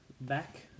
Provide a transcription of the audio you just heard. back